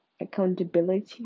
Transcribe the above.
accountability